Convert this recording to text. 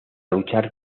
luchar